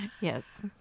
Yes